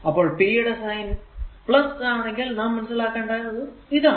അപ്പോൾ p യുടെ sine ആണെങ്കിൽ നാം മനസ്സിലാക്കേണ്ടത് ഇതാണ്